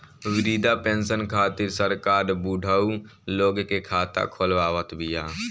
वृद्धा पेंसन खातिर सरकार बुढ़उ लोग के खाता खोलवावत बिया